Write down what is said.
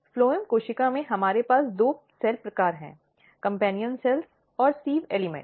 phloem cell में हमारे पास दो सेल प्रकार हैं कॅम्पैन्यॅन कोशिकाएं और सिव़ एल्इमॅन्ट